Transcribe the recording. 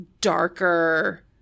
darker